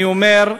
אני אומר: